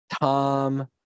Tom